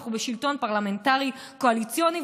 אנחנו בשלטון פרלמנטרי קואליציוני,